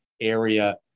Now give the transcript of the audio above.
area